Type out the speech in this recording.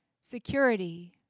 security